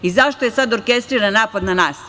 Zašto je sada orkestriran napad na nas.